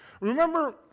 Remember